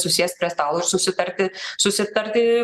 susėst prie stalo ir susitarti susitarti